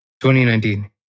2019